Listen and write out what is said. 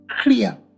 clear